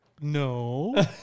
No